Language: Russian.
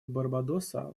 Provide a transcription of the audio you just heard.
барбадоса